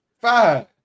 Five